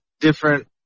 different